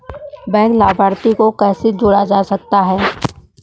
Bank लाभार्थी को कैसे जोड़ा जा सकता है?